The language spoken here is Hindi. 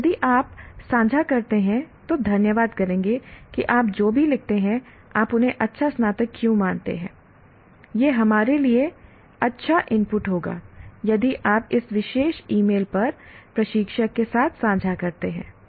और यदि आप साझा करते हैं तो धन्यवाद करेंगे कि आप जो भी लिखते हैं आप उन्हें अच्छा स्नातक क्यों मानते हैं यह हमारे लिए अच्छा इनपुट होगा यदि आप इस विशेष ईमेल पर प्रशिक्षक के साथ साझा करते हैं